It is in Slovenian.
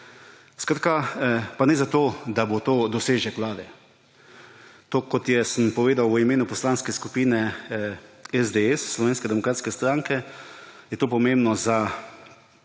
veljavo. Pa ne zato, da bo to dosežek vlade. Tako kot sem povedal v imenu Poslanske skupine SDS – Slovenske demokratske stranke, je to pomembno za